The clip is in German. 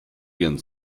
ihren